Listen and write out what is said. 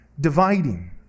dividing